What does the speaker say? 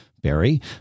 Barry